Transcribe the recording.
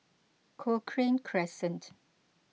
Cochrane Crescent